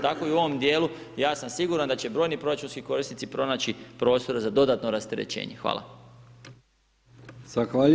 Tako i u ovom dijelu, ja sam siguran da će brojni proračunski korisnici pronaći prostora za dodatno rasterećenje, hvala.